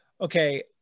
okay